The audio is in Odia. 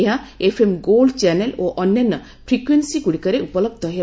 ଏହା ଏଫ୍ଏମ୍ ଗୋଲ୍ଡ୍ ଚ୍ୟାନେଲ୍ ଓ ଅନ୍ୟାନ୍ୟ ଫ୍ରିକ୍ଏନ୍ସି ଗ୍ରଡ଼ିକରେ ଉପଲହ୍ଧ ହେବ